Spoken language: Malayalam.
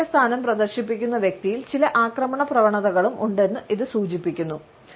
ഈ പ്രത്യേക സ്ഥാനം പ്രദർശിപ്പിക്കുന്ന വ്യക്തിയിൽ ചില ആക്രമണ പ്രവണതകളും ഉണ്ടെന്നും ഇത് സൂചിപ്പിക്കുന്നു